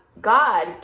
God